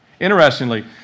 Interestingly